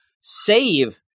save